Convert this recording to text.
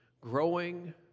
growing